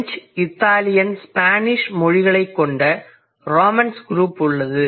பிரஞ்சு Italian மற்றும் Spanish மொழிகளைக் கொண்ட ரொமேன்ஸ் குரூப் உள்ளது